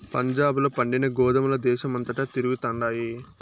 పంజాబ్ ల పండిన గోధుమల దేశమంతటా తిరుగుతండాయి